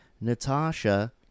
Natasha